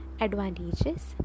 Advantages